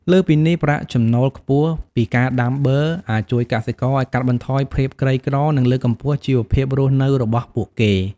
លើសពីនេះ ប្រាក់ចំណូលខ្ពស់ពីការដាំបឺរអាចជួយកសិករឱ្យកាត់បន្ថយភាពក្រីក្រ និងលើកកម្ពស់ជីវភាពរស់នៅរបស់ពួកគេ។